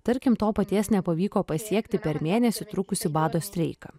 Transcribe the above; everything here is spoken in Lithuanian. tarkim to paties nepavyko pasiekti per mėnesį trukusį bado streiką